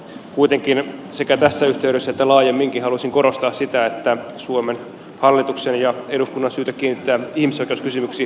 kuitenkin sekä tässä yhteydessä että laajemminkin haluaisin korostaa sitä että suomen hallituksen ja eduskunnan on syytä kiinnittää ihmisoikeuskysymyksiin huomiota